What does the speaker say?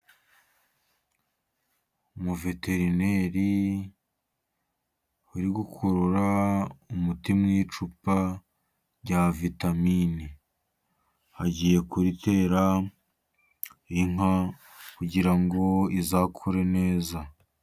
Umuveterineri uri gukurura umuti mu icupa rya vitamine, agiye kuritera inka kugira ngo izakure neza.